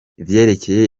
ivyerekeye